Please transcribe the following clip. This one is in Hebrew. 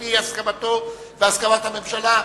לפי הסכמתו והסכמת הממשלה.